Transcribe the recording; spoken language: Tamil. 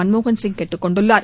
மன்மோகன் சிங் கேட்டுக் கொண்டுள்ளார்